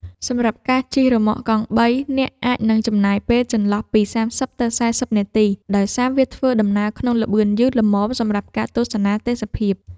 សម្រាប់ការជិះរ៉ឺម៉កកង់បី អ្នកអាចនឹងចំណាយពេលចន្លោះពី ៣០ ទៅ ៤០ នាទី ដោយសារវាធ្វើដំណើរក្នុងល្បឿនយឺតល្មមសម្រាប់ការទស្សនាទេសភាព។